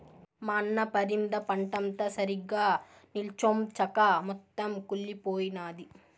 మా అన్న పరింద పంటంతా సరిగ్గా నిల్చొంచక మొత్తం కుళ్లిపోయినాది